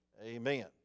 Amen